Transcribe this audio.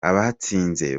abatsinze